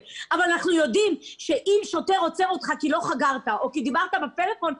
אבל אנחנו יודעים שאם שוטר עוצר אותך כי לא חגרת או כי דיברת בפלאפון,